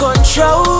Control